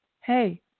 hey